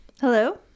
Hello